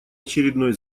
очередной